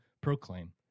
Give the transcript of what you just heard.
proclaim